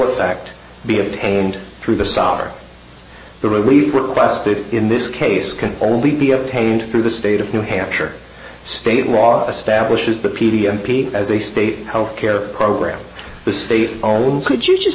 effect be obtained through the south or the relief requested in this case can only be obtained through the state of new hampshire state law establishes the p d m p as a state health care program the state owned could you just